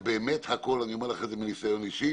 זה באמת הכול, אני אומר לך את זה מניסיון אישי.